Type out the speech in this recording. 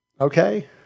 Okay